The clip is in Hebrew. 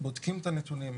בודקים את הנתונים,